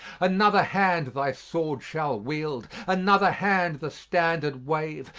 another hand thy sword shall wield, another hand the standard wave,